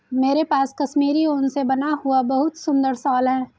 मेरे पास कश्मीरी ऊन से बना हुआ बहुत सुंदर शॉल है